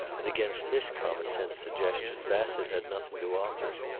and against this common-sense suggestion bassett had nothing to offer.